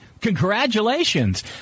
Congratulations